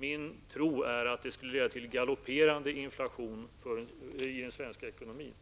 Min tro är att det skulle leda till galopperande inflation i den svenska ekonomin.